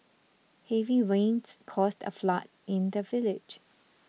heavy rains caused a flood in the village